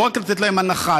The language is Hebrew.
לא רק לתת להם הנחה,